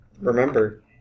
remember